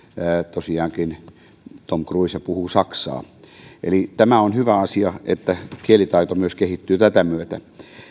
tosiaankin tom cruise puhuu saksaa eli tämä on hyvä asia että kielitaito myös kehittyy tämän myötä